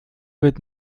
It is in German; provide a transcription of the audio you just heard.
wird